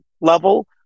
level